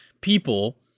people